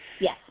Yes